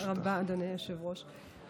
תודה רבה, אדוני היושב-ראש.